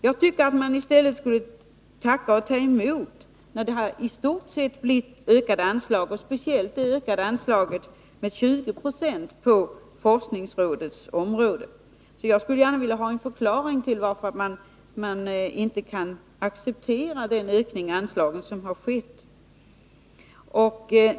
Jag tycker att man i stället skulle tacka och ta emot när anslagen i stort sett har ökat, speciellt för det med 20 70 ökade anslaget på forskningsrådets område. Jag skulle gärna vilja ha en förklaring till att centern inte kan acceptera den ökning av anslagen som har skett.